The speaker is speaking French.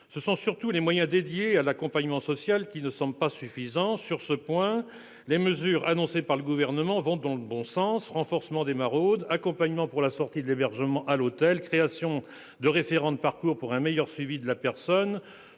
Ce sont surtout les moyens dédiés à l'accompagnement social qui ne semblent pas suffisants. Sur ce point, les mesures annoncées par le Gouvernement vont dans le bon sens : renforcement des maraudes, accompagnement pour la sortie de l'hébergement à l'hôtel, création de référents de parcours pour un meilleur suivi de la personne.